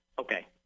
Okay